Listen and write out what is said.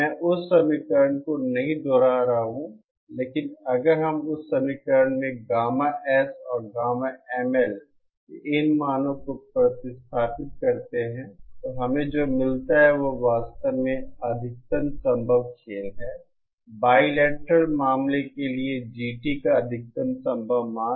मैं उस समीकरण को नहीं दोहरा रहा हूं लेकिन अगर हम उस समीकरण में गामा S और गामा ML के इन मानो को प्रतिस्थापित करते हैं तो हमें जो मिलता है वह वास्तव में अधिकतम संभव खेल है बाई लेटरल मामले के लिए GT का अधिकतम संभव मान